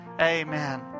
Amen